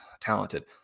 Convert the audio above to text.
talented